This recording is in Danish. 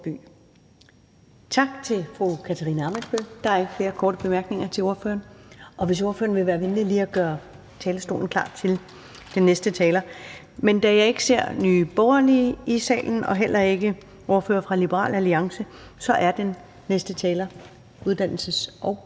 Tak til fru Katarina Ammitzbøll. Der er ikke flere korte bemærkninger til ordføreren. Vil ordføreren være venlig at gøre klar til næste taler? Men da jeg ikke ser Nye Borgerliges ordfører i salen og heller ikke ordføreren for Liberal Alliance, er den næste taler uddannelses- og